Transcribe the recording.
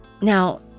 Now